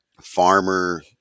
farmer